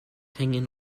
hängen